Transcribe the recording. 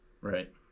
right